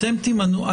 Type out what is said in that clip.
בתיקון לחוק